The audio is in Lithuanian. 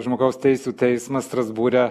žmogaus teisių teismas strasbūre